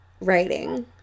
writing